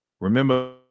Remember